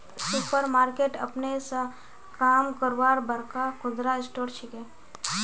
super market अपने स काम करवार बड़का खुदरा स्टोर छिके